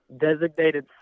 designated